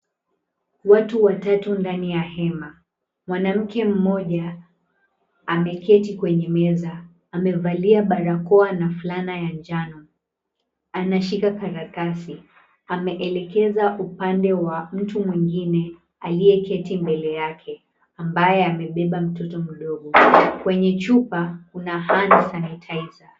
Watu watatu ndani ya hema. Mwanamke mmoja ameketi kwenye meza amevalia barakoa na fulana ya njano anashika karatasi, anaelekeza upande wa mtu mwingine aliyeketi mbele yake ambaye amebeba mtoto mdogo. Kwenye chupa kuna hand sanitizer .